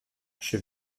chef